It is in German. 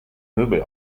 möbel